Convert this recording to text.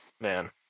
man